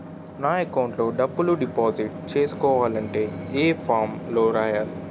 నా అకౌంట్ లో డబ్బులు డిపాజిట్ చేసుకోవాలంటే ఏ ఫామ్ లో రాయాలి?